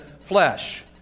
flesh